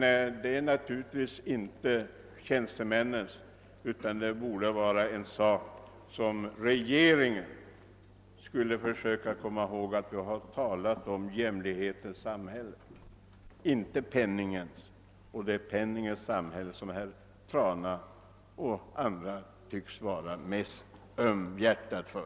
Det är naturligtvis inte tjänstemännens fel, men regeringen borde försöka komma ihåg att vi har talat om jämlikhetens — inte penningens — samhälle. Det är penningens samhälle som herr Trana och andra tycks ömma mest för.